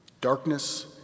Darkness